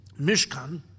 mishkan